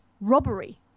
robbery